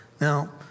Now